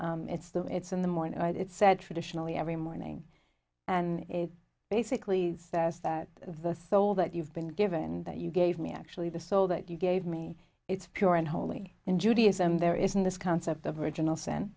prayer it's the it's in the morning and it said traditionally every morning and it basically says that the soul that you've been given that you gave me actually the soul that you gave me it's pure and holy in judaism there isn't this concept of original